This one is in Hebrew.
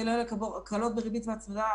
כולל הקלות בריבית והצמדה,